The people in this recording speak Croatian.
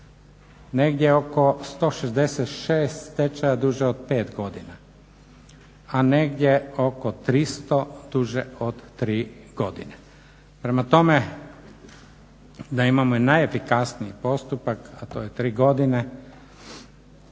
Negdje oko 166 stečaja duže od 5 godina, a negdje oko 300 duže od tri godine. prema tome da imamo i najefikasniji postupak, a to je tri godine